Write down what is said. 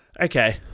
okay